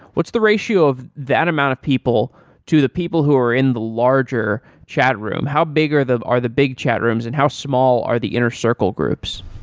what's the ratio of that amount of people to the people who are in the larger chatroom? how big are the are the big chatrooms and how small are the inner circle groups?